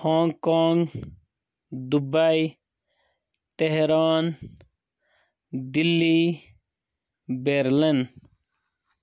Hong Kong Dubai Tehran Delhi Berlin